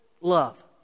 Love